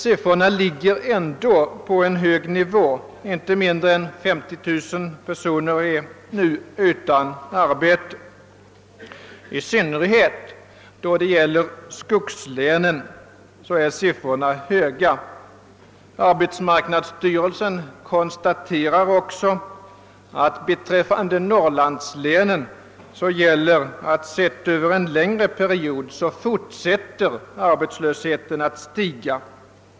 Siffrorna ligger emellertid ändå på en hög nivå, och inte mindre än 50 000 personer är nu utan arbete. I synnerhet för skogslänen är siffrorna höga. Arbetsmarknadsstyrelsen konstaterar också att beträffande mnorrlandslänen gäller att arbetslösheten har stigit, sett under en längre period.